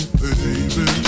baby